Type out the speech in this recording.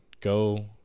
go